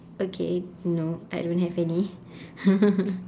okay no I don't have any